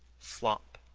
flop,